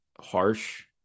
harsh